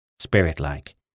spirit-like